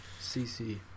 CC